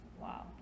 Wow